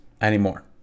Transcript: anymore